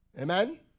Amen